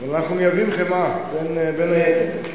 אבל אנחנו מייבאים חמאה, בין היתר.